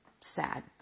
Sad